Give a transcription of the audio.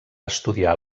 estudiar